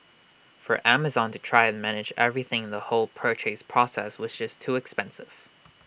for Amazon to try and manage everything in the whole purchase process was just too expensive